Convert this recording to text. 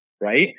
right